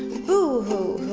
boo hoo,